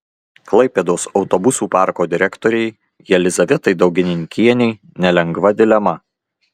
klaipėdos autobusų parko direktorei jelizavetai daugininkienei nelengva dilema